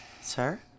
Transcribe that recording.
Sir